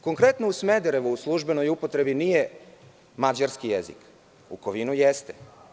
Konkretno u Smederevu, u službenoj upotrebi nije mađarski jezik, a u Kovinu jeste.